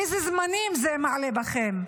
איזה זמנים זה מעלה בכם?